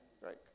Right